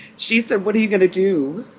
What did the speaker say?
she said, what are you going to do?